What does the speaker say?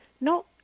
No